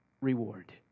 reward